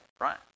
right